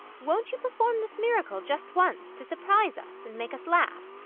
won't you perform this miracle, just once, to surprise us and make us laugh?